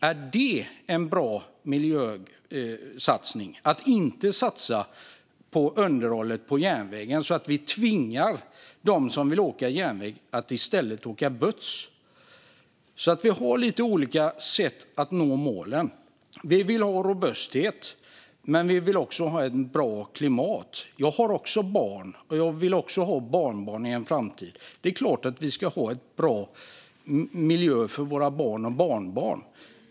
Är det en bra miljöåtgärd att inte satsa på underhållet av järnvägen och därmed tvinga dem som vill åka på järnvägen att i stället åka buss? Vi har alltså lite olika sätt att nå målen. Vi vill ha robusthet, men vi vill också ha ett bra klimat. Jag har också barn, och jag vill också ha barnbarn i en framtid. Det är klart att vi ska ha en bra miljö för våra barn och barnbarn.